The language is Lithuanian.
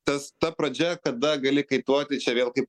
tas ta pradžia kada gali kaituoti čia vėlgi